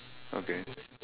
okay